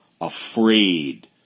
afraid